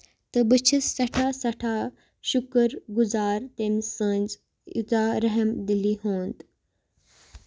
تہٕ بہٕ چھَس سٮ۪ٹھاہ سٮ۪ٹھاہ شُکُر گُزار أمۍ سٔنز یوٗتاہ رَحم دِلی ہُنٛد